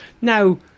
Now